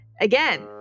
Again